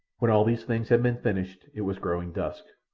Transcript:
when all these things had been finished it was growing dusk,